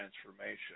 transformation